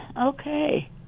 Okay